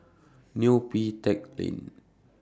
Neo Pee Teck Lane